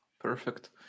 Perfect